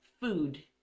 food